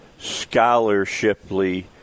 scholarshiply